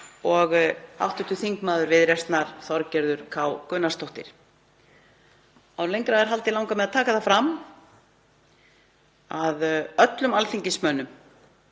og hv. þm. Viðreisnar, Þorgerður K. Gunnarsdóttir. Áður en lengra er haldið langar mig að taka það fram að öllum alþingismönnum